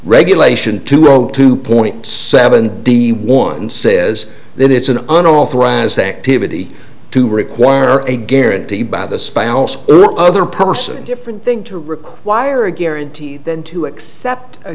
regulation two zero two point seven d one says that it's an unauthorized activity to require a guarantee by the spouse or other person different thing to require a guarantee than to accept a